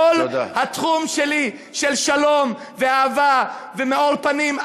כל התחום שלי של שלום ואהבה ומאור פנים,